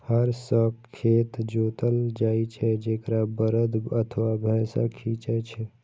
हर सं खेत जोतल जाइ छै, जेकरा बरद अथवा भैंसा खींचै छै